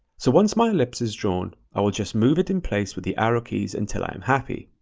so once my ellipse is drawn, i will just move it in place with the arrow keys until i'm happy.